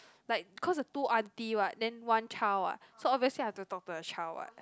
like cause the two aunty what then one child what so obviously I have to talk to the child what